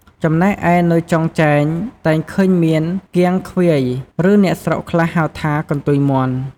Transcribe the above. ចំណែកឯនៅចុងចែងតែងឃើញមាន “គាង ឃ្វាយ” ឬអ្នកស្រុកខ្លះហៅថា “កន្ទុយមាន់” ។